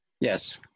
Yes